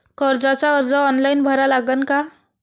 कर्जाचा अर्ज ऑनलाईन भरा लागन का?